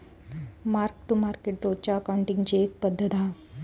mark to market रोजच्या अकाउंटींगची एक पद्धत हा